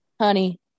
honey